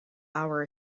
hour